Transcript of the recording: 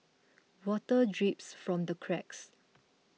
water drips from the cracks